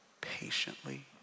patiently